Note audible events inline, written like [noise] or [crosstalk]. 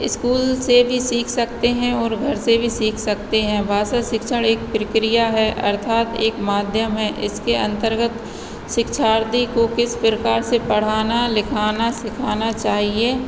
school से भी सीख सकते हैं और घर से भी सीख सकते हैं भाषा शिक्षण एक प्रक्रिया है अर्थात एक माध्यम है इसके अंतर्गत [unintelligible] को किस प्रकार से पढ़ाना लिखाना सिखाना चाहिए